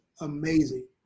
amazing